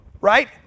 Right